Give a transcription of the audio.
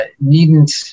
needn't